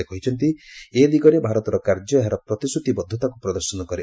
ସେ କହିଛନ୍ତି ଏଦିଗରେ ଭାରତର କାର୍ଯ୍ୟ ଏହାର ପ୍ରତିଶ୍ରୁତିବଦ୍ଧତାକୁ ପ୍ରଦର୍ଶନ କରେ